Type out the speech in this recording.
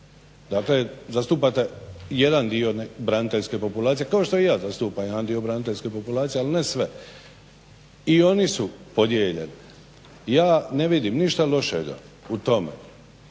Dakle zastupate jedan dio braniteljske populacije, kao što i ja zastupam jedan dio braniteljske populacije, ali ne sve. I oni su podijeljeni i ja ne vidim ništa lošega u tome.